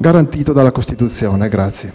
*(Misto)*.